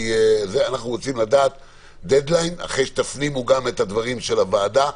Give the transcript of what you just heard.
אני רוצה לדעת דד ליין אחרי שתפנימו את הדברים של הוועדה.